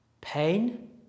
pain